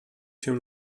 się